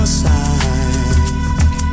side